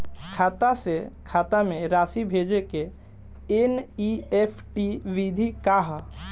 खाता से खाता में राशि भेजे के एन.ई.एफ.टी विधि का ह?